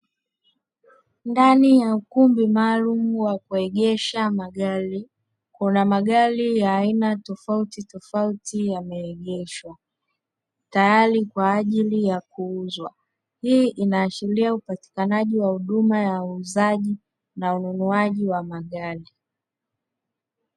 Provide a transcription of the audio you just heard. Ndani ya ukumbi maalum wa kuegesha magari kuna magari ya aina tofautitofauti yameegeshwa, tayari kwa ajili ya kuuzwa hii inaashiria upatikanaji wa huduma ya uuzaji na ununuaji wa magari.